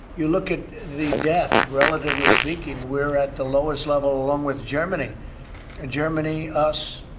you look at the death, relatively speaking, we're at the lowest level along with germany and germany, us.